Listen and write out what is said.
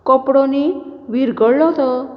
कपडो न्ही विरगळ्ळो तो